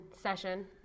session